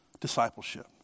discipleship